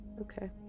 Okay